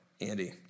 Andy